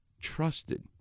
trusted